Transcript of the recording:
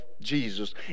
Jesus